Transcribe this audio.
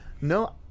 No